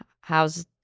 How's